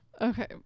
Okay